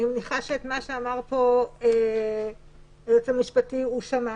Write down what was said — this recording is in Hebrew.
אני מניחה שאת מה שאמר כאן היועץ המשפטי הוא שמע